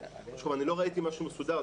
אני לא ראיתי משהו מסודר,